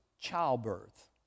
childbirth